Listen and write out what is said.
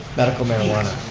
medical marijuana.